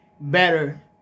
better